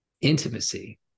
intimacy